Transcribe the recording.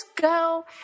go